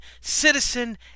citizen